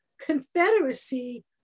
confederacy